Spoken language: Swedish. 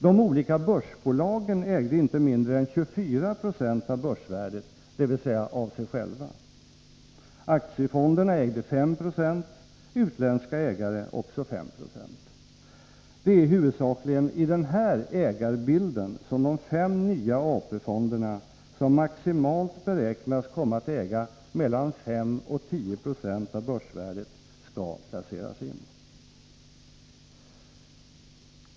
De olika börsbolagen ägde inte mindre än 24 26 av börsvärdet — dvs. av sig själva. Aktiefonderna ägde 5 96, utländska ägare också 5 20. Det är huvudsakligen i denna ägarbild som de fem nya AP-fonderna, som maximalt beräknas komma att äga mellan 5 och 10 90 av börsvärdet, skall placeras in.